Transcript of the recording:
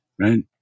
Right